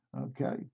okay